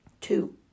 Two